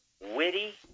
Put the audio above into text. witty